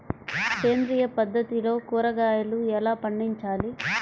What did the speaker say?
సేంద్రియ పద్ధతిలో కూరగాయలు ఎలా పండించాలి?